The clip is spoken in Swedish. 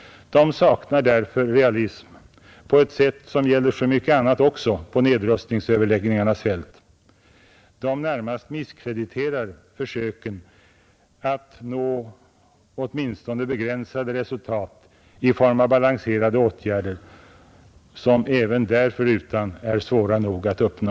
De saknar därför realism på ett sätt som gäller så mycket annat också på nedrustningsöverläggningarnas fält. De närmast misskrediterar försöken att nå åtminstone begränsade resultat i form av balanserade åtgärder, som även därförutan är svåra nog att uppnå.